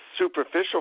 superficial